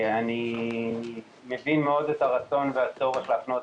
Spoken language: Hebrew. אני מבין מאוד את הרצון והצורך להפנות